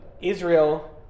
Israel